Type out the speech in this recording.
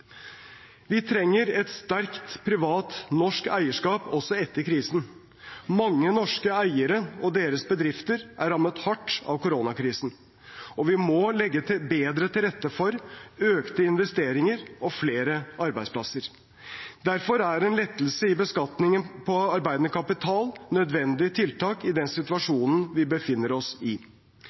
Vi trenger et sterkt, privat norsk eierskap også etter krisen. Mange norske eiere og deres bedrifter er rammet hardt av koronakrisen, og vi må legge bedre til rette for økte investeringer og flere arbeidsplasser. Derfor er en lettelse i beskatningen på arbeidende kapital et nødvendig tiltak i den situasjonen vi befinner oss i.